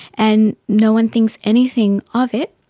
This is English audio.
and no one thinks anything of it.